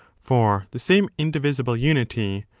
for the same indivisible unity,